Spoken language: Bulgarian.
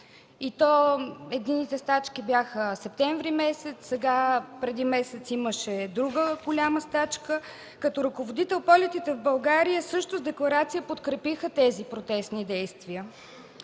едните стачки бяха септември месец, сега, преди месец имаше друга голяма стачка, като Ръководител-полетите в България също с декларация подкрепиха тези протестни действия.